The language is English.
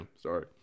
Sorry